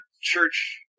church